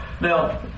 Now